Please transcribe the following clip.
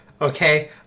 okay